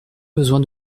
besoin